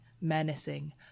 menacing